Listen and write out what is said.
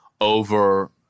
over